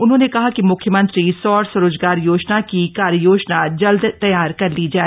उन्होंने कहा कि मुख्यमंत्री सौर स्वरोजगार योजना की कार्ययोजना जल्द तैयार कर ली जाय